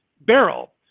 barrel